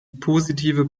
positive